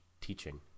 teaching